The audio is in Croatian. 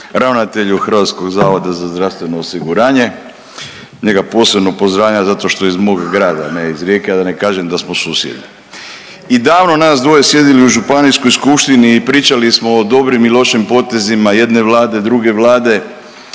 ravnatelju HZZO-a, njega posebno pozdravljam zato što je iz mog grada, ne, iz Rijeke, a da ne kažem da smo susjedi i davno nas dvoje sjedili u županijskoj skupštini i pričali smo o dobrim i lošim potezima jedne vlade, druge vlade,